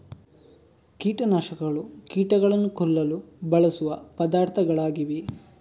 ಕೀಟ ನಾಶಕಗಳು ಕೀಟಗಳನ್ನು ಕೊಲ್ಲಲು ಬಳಸುವ ಪದಾರ್ಥಗಳಾಗಿವೆ